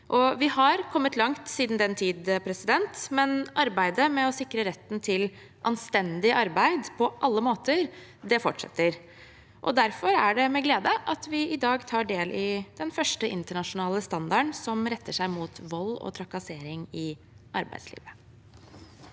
Vi har kommet langt siden den tid, men arbeidet med å sikre retten til anstendig arbeid på alle måter fortsetter. Derfor er det med glede at vi i dag tar del i den første internasjonale standarden som retter seg mot vold og trakassering i arbeidslivet.